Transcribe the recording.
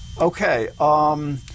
Okay